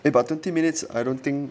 eh but twenty minutes I don't think